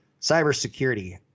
Cybersecurity